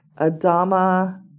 Adama